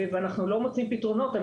ואנחנו לא מוצאים פתרונות.